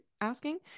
asking